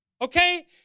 okay